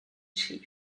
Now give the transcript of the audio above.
chief